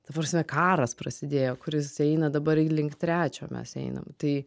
ta prasme karas prasidėjo kuris eina dabar link trečio mes einam tai